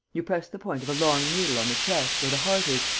you press the point of a long needle on the chest, where the heart is,